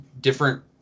different